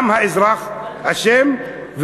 גם האזרח אשם,